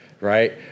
Right